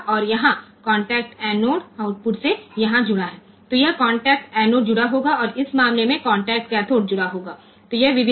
તેથી આ કોન આ કોન્ટેક્ટ એનોડ્સ કનેક્ટ કરવામાં આવશે અને આ કિસ્સામાં કોન્ટેક્ટ કેથોડ્સ કનેક્ટ થશે અને કોન્ટેક્ટ અને કેથોડ્સ કનેક્ટ થશે